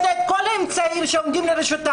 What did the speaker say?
יש לה את כל האמצעים שעומדים רשותה.